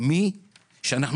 ו-Ynet.